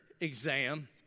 exam